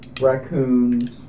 raccoons